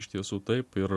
iš tiesų taip ir